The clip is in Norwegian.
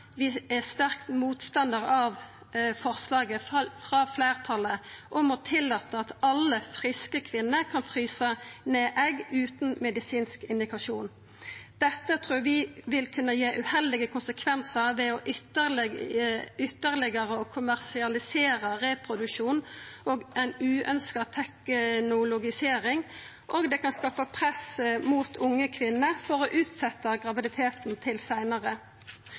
vi er sterk motstandar av forslaget frå fleirtalet om å tillata at alle friske kvinner kan frysa ned egg utan medisinsk indikasjon. Dette trur vi vil kunna gi uheldige konsekvensar som ytterlegare å kommersialisera reproduksjonen og ei uønskt teknologisering, og det kan skapa press mot unge kvinner for å utsetja graviditeten til seinare.